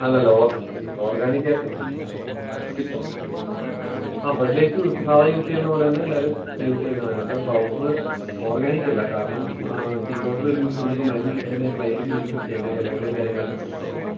അല്ല അല്ല ഓർഗാനിക് ആയിട്ട് ആ ഫെർട്ടിലൈസ് സാധാ യൂസ് ചെയ്യുന്ന പോലെ തന്നെ എല്ലാവരും യൂസ് ചെയ്യുന്നതാണ് അതിനകത്ത് പൗഡർ ഓർഗാനിക് അല്ല കാരണം ടീ പൗഡറുകളിൽ നമുക്ക് മരുന്നടിച്ചാലെ ക്ലൈമറ്റിന് അനുസരിച്ച് അതിൻ്റെ ഇലകളും കാര്യങ്ങളുമൊക്കെ കിട്ടത്തുള്ളൂ